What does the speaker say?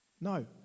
No